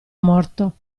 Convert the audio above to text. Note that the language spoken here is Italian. morto